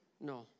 no